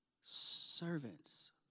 servants